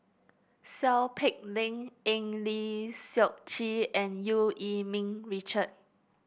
Seow Peck Leng Eng Lee Seok Chee and Eu Yee Ming Richard